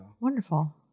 Wonderful